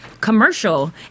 commercial